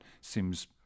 seems